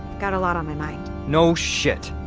got a lot on my mind no shit.